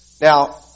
Now